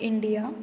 India